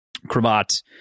cravat